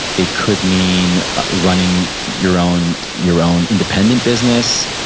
it could mean running your own your own independent business.